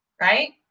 right